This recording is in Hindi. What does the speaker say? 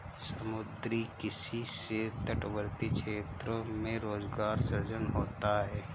समुद्री किसी से तटवर्ती क्षेत्रों में रोजगार सृजन होता है